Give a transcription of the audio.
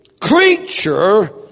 creature